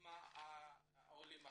אצל עולים חדשים,